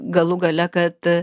galų gale kad